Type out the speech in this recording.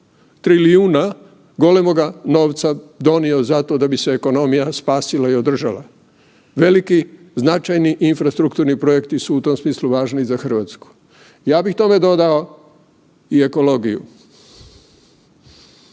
trilijuna golemoga novca donio zato da bi se ekonomija i spasila i održala. Veliki značajni infrastrukturni projekti su u tom smislu važni i za Hrvatsku, ja bih tome dodao i ekologiju.